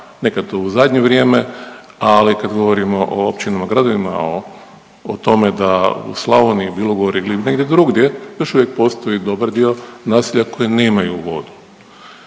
nekad u zadnje vrijeme, ali kad govorimo o općinama gradovima, o tome da u Slavoniji, Bilogori ili negdje drugdje još uvijek postoji dobar dio naselja koji nemaju vodu.